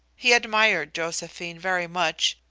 he admired josephine very much,